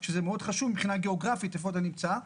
זה מאוד חשוב מבחינה גיאוגרפית איפה אתה נמצא,